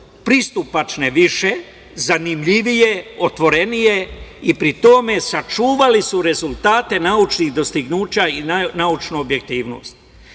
pristupačne više, zanimljivije, otvorenije i pri tome sačuvali su rezultate naučnih dostignuća i naučnu objektivnost. Koristim